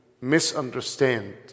misunderstand